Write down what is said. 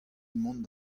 mont